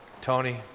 Tony